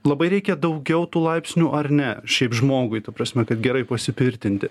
labai reikia daugiau tų laipsnių ar ne šiaip žmogui ta prasme kad gerai pasipirtinti